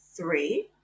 Three